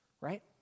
right